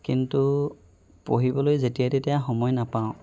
কিন্তু পঢ়িবলৈ যেতিয়াই তেতিয়াই সময় নাপাওঁ